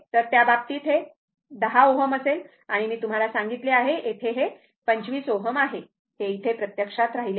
तर त्या बाबतीत ते 10 Ω असेल आणि मी तुम्हाला सांगितले आहे येथे ते 25 Ω आहे हे प्रत्यक्षात राहिले आहे